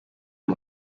aya